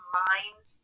mind